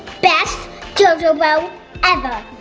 best jojo bow ever.